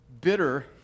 bitter